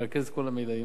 מרכז את כל המידע,